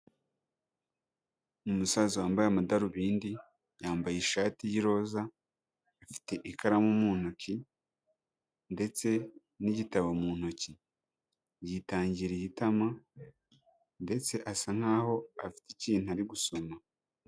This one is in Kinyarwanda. Umusaza wambaye amadarubindi, yambaye ishati y'iroza, afite ikaramu mu ntoki, ndetse n'igitabo mu ntoki. Yitangiriye itama, ndetse asa nk,aho afite ikintu ari gusoma.